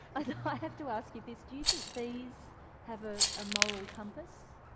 i ah have to ask you this do you think bees have a ah moral compass?